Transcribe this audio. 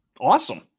Awesome